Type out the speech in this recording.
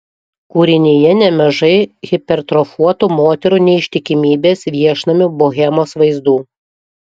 kūrinyje nemažai hipertrofuotų moterų neištikimybės viešnamių bohemos vaizdų